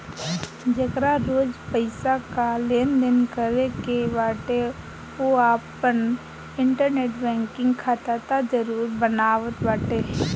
जेकरा रोज पईसा कअ लेनदेन करे के बाटे उ आपन इंटरनेट बैंकिंग खाता तअ जरुर बनावत बाटे